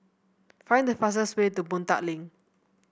find the fastest way to Boon Tat Link